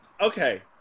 okay